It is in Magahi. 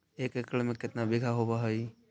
एक एकड़ में केतना बिघा होब हइ?